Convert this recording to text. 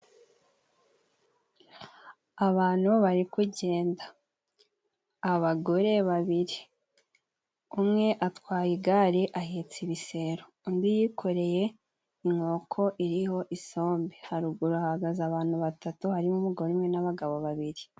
Abantu bari kugenda, abagore babiri umwe atwaye igare ahetse ibisero, undi yikoreye inkoko iriho isombe, haruguru hahagaze abantu batatu harimo umugore umwe n'abagabo babiri.